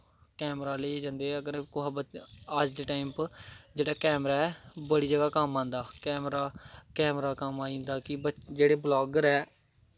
camera लेइयै जंदे अगर अज्ज दे टैम पर कुदै बी जेह्ड़ा कैमरा ऐ बड़ी जगह कम्म आंदा जेह्ड़ा कैमरा कैमरा कम्म आई जंदा कि जेह्ड़े बलागर ऐं